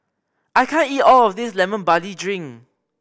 I can't eat all of this Lemon Barley Drink